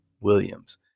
Williams